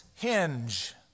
hinge